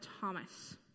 Thomas